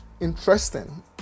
interesting